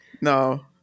No